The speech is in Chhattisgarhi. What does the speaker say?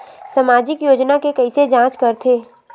सामाजिक योजना के कइसे जांच करथे?